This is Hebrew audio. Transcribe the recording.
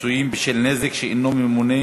פיצויים בשל נזק שאינו ממוני